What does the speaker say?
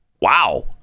Wow